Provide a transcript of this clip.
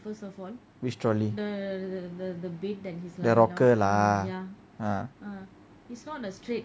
which trolley the rocker lah ah